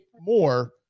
more